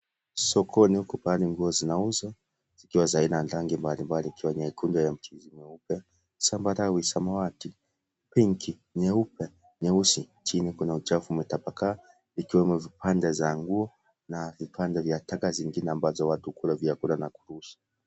Sokoni huku pahali nguo zinauzwa zikiwa za aina ya rangi mbalimbali ikiwa nyekundu yenye michirizi mieupe, sambarau, samawati, pinki, nyeupe, nyeusi, chini kuna uchafu umetapakaa ikiwemo vipande za nguo na vipande vya taka zingine ambazo watu hukula vyakula na kurusha.